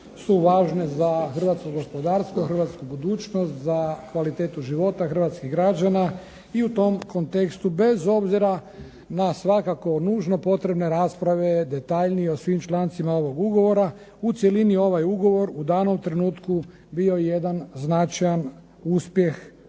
su važne za hrvatsko gospodarstvo, za hrvatsku budućnost, za kvalitetu života hrvatskih građana i u tom kontekstu bez obzira na svakako nužno potrebne rasprave detaljnije o svim člancima ovog ugovora, u cjelini ovaj ugovor u danom trenutku bio je jedan značajan uspjeh